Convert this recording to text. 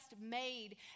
made